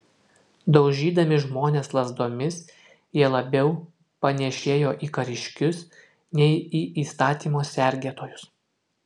daužydami žmones lazdomis jie labiau panėšėjo į kariškius nei į įstatymo sergėtojus